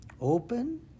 Open